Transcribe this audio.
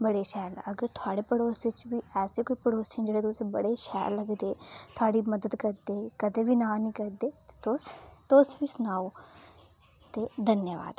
बड़े शैल न अगर थोआड़े पड़ोसी च बी ऐसे कोई पड़ोसी न जेह्ड़े तुसें बड़े शैल लग्गदे थोआड़ी मदद करदे कदे बी ना नि करदे ते तुस तुस बी सनाओ ते धन्यवाद